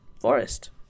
forest